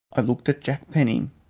i looked at jack penny,